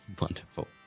Wonderful